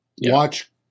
Watch